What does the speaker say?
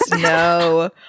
no